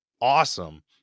awesome